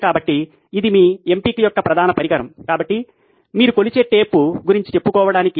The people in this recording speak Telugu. కాబట్టి ఇది మీ ఎంపిక యొక్క ప్రధాన పరికరం కాబట్టి మీరు కొలిచే టేప్ గురించి చెప్పుకోవడానికి